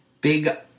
big